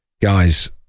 guys